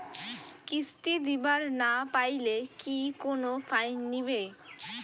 কিস্তি দিবার না পাইলে কি কোনো ফাইন নিবে?